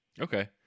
Okay